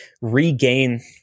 regain